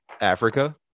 Africa